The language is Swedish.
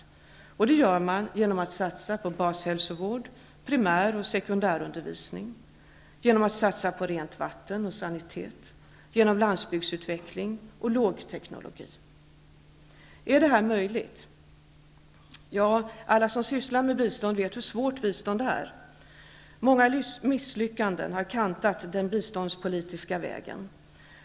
Det görs genom att satsa på bashälsovård, primär och sekundärundervisning, rent vatten och sanitet, landsbygdsutveckling och lågteknologi. Är detta möjligt? Alla som sysslar med bistånd vet hur svårt bistånd är. Många misslyckanden har kantat den biståndspolitiska vägen.